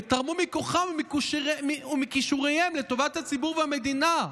והם "תרמו מכוחם ומכישוריהם לטובת הציבור והמדינה",